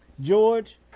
George